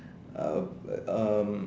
um um